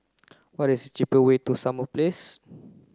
what is cheaper way to Summer Place